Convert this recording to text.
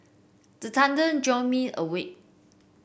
the thunder jolt me awake